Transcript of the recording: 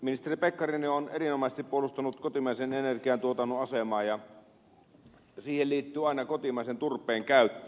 ministeri pekkarinen on erinomaisesti puolustanut kotimaisen energiantuotannon asemaa ja siihen liittyy aina kotimaisen turpeen käyttö